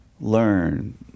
learn